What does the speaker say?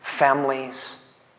Families